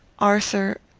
arthur,